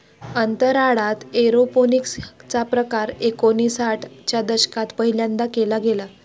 अंतराळात एरोपोनिक्स चा प्रकार एकोणिसाठ च्या दशकात पहिल्यांदा केला गेला